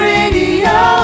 Radio